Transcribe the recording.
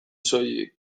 soilik